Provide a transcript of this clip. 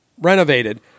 renovated